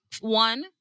one